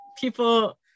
people